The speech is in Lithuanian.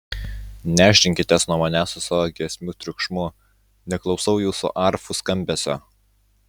nešdinkitės nuo manęs su savo giesmių triukšmu neklausau jūsų arfų skambesio